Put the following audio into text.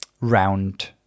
round